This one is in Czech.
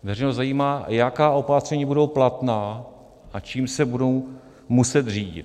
Veřejnost zajímá, jaká opatření budou platná a čím se budou muset řídit.